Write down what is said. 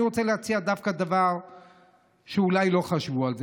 אני רוצה להציע דווקא דבר שאולי לא חשבו עליו,